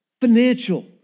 Financial